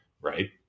right